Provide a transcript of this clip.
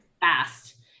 fast